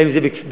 אם זה בחובה,